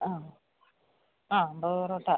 ആ ആ അമ്പത് പൊറോട്ട